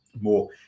more